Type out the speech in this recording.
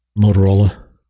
Motorola